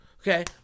Okay